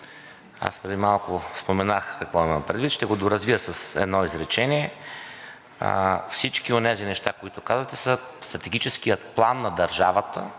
Аз преди малко споменах какво имам предвид. Ще го доразвия с едно изречение. Всички онези неща, които казвате, са стратегическият план на държавата